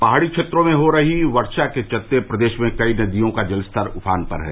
पहाड़ी क्षेत्रों में हो रही वर्षा के चलते प्रदेश में कई नदियों का जलस्तर उफान पर है